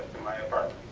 my apartment.